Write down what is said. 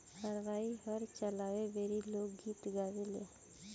हरवाह हल चलावे बेरी लोक गीत गावेले